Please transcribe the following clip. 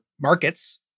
markets